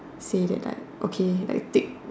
say that like okay like take